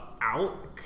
out